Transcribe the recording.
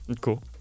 Cool